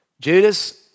Judas